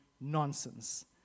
nonsense